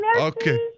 Okay